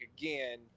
again